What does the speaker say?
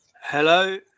Hello